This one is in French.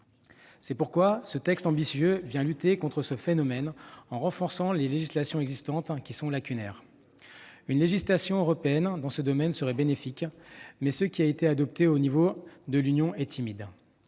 C'est pourquoi ce texte ambitieux entend lutter contre ce phénomène, en renforçant les législations existantes, qui sont lacunaires. Une législation européenne dans ce domaine serait bénéfique, mais ce qui a été adopté à l'échelon de l'Union est timide.